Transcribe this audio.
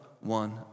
one